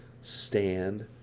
stand